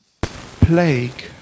plague